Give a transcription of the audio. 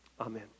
Amen